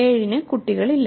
7 ന് കുട്ടികളില്ല